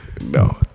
No